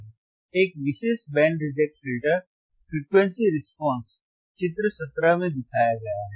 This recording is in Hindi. एक विशिष्ट band reject filter frequency response चित्र 17 में दिखाया गया है